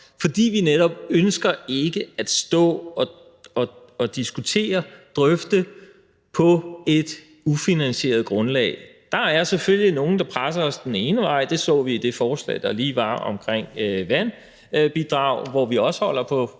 fordi vi netop ikke ønsker at stå og drøfte det på et ufinansieret grundlag. Der er selvfølgelig nogle, der presser os den ene vej – det så vi i det forslag, der lige var omkring drikkevandsbidrag, hvor vi også holder